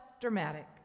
dramatic